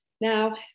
Now